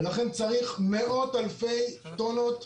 לכן צריך מאות אלפי טונות,